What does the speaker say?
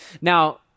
Now